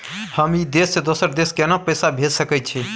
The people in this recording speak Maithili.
हम ई देश से दोसर देश केना पैसा भेज सके छिए?